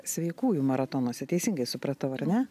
sveikųjų maratonuose teisingai supratau ar ne